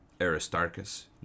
Aristarchus